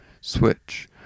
Switch